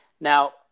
Now